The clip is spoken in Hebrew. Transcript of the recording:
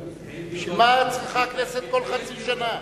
בשביל מה צריכה הכנסת כל חצי שנה?